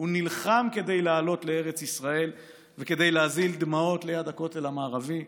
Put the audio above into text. הוא נלחם כדי לעלות לארץ ישראל וכדי להזיל דמעות ליד הכותל המערבי.